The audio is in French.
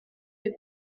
les